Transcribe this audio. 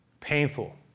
painful